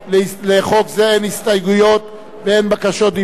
לחוק זה אין הסתייגויות ואין בקשות דיבור,